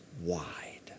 wide